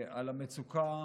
על המצוקה